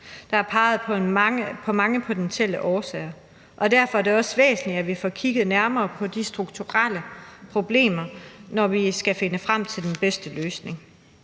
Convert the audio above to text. Der er peget på mange potentielle årsager, og derfor er det også væsentligt, at vi får kigget nærmere på de strukturelle problemer, når vi skal finde frem til den bedste løsning.